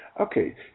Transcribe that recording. Okay